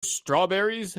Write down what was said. strawberries